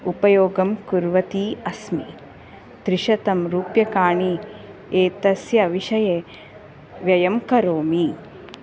उपयोगं कुर्वती अस्मि त्रिशतं रुप्यकाणि एतस्य विषये व्ययं करोमि